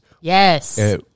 Yes